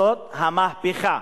זאת המהפכה.